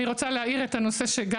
אני רוצה גם להאיר את הנושא של